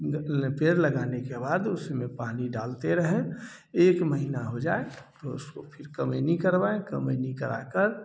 पेड़ लगाने के बाद उसमें पानी डालते रहें एक महीना हो जाए तो उसको फिर कमयनी करवाएँ कमयनी करा कर